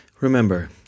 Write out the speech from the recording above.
Remember